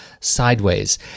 sideways